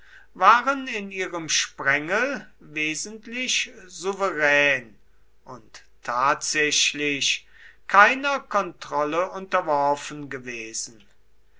waren in ihrem sprengel wesentlich souverän und tatsächlich keiner kontrolle unterworfen gewesen